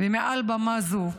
ומעל במה זו,